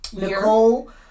Nicole